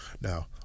now